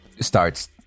starts